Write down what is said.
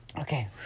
okay